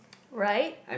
right